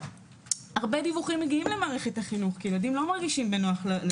הרבה דיווחים מגיעים לערכת החינוך כי ילדים לא מרגישים בנוח.